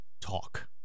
talk